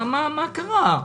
מה קרה?